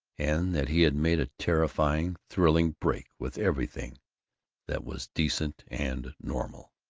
and that he had made a terrifying, thrilling break with everything that was decent and normal.